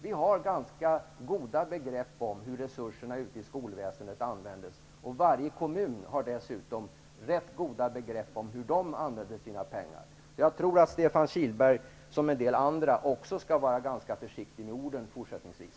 Vi har ganska goda begrepp om hur resurserna används i skolväsendet. Varje kommun har dessutom rätt goda begrepp om hur de använder sina pengar. Stefan Kihlberg skall, som en del andra, också vara försiktig med orden fortsättningsvis.